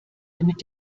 damit